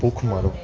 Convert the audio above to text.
ભૂખમરો